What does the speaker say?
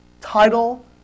title